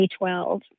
2012